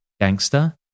gangster